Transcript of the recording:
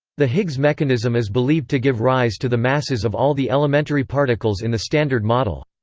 the higgs mechanism is believed to give rise to the masses of all the elementary particles in the standard model.